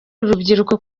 urubyiruko